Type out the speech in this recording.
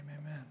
amen